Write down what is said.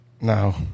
no